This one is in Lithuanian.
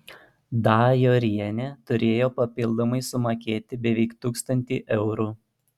dajorienė turėjo papildomai sumokėti beveik tūkstantį eurų